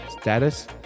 Status